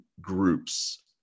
groups